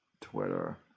twitter